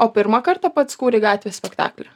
o pirmą kartą pats kūrei gatvės spektaklį